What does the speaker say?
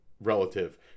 relative